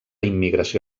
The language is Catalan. immigració